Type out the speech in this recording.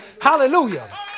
Hallelujah